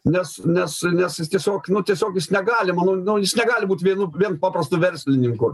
nes nes nes jis tiesiog nu tiesiog negalima nu nu jis negali būt vienu vien paprastu verslininku